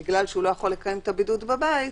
כי אינו יכול לקיים את הבידוד בבית,